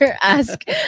ask